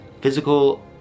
physical